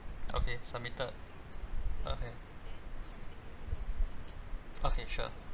okay submitted okay okay sure